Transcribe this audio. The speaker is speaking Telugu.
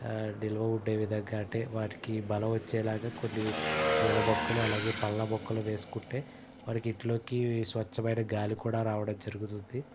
నిల్వ ఉండే విధంగా అంటే వాటికి బలం వచ్చేలాగా కొన్ని పూల మొక్కలు అలాగే పండ్ల మొక్కలు వేసుకుంటే మనకి ఇంట్లోకి స్వచ్ఛమైన గాలి కూడా రావడం జరుగుతుంది